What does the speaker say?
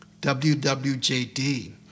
WWJD